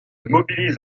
mobilise